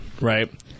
Right